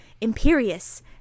Imperious